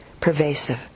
pervasive